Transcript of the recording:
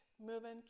moving